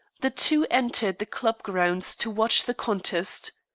the two entered the club grounds to watch the contest.